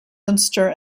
munster